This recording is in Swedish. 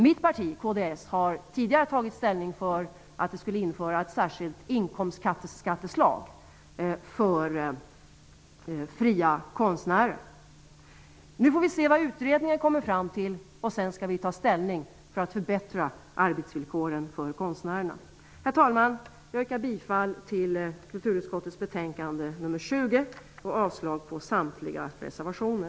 Mitt parti, kds, har tidigare tagit ställning för att ett särskilt inkomstskatteslag för fria konstnärer skall införas. Vi får nu se vad utredningen kommer fram till, och sedan skall vi ta ställning för att förbättra konstnärernas arbetsvillkor. Herr talman! Jag yrkar bifall till utskottets hemställan i kulturutskottets betänkande nr 20 och avslag på samtliga reservationer.